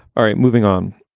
all right. moving on.